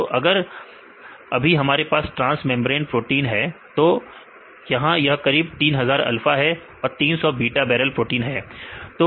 तो अगर अभी हमारे पास ट्रांस मेंब्रेन प्रोटीन है तो यहां यह करीब 3000 अल्फा है और 300बीटा बैरल प्रोटीन है